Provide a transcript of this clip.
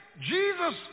Jesus